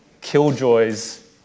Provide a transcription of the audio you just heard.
killjoys